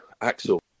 Axel